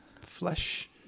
Flesh